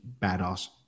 badass